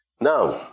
Now